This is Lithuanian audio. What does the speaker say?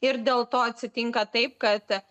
ir dėl to atsitinka taip kad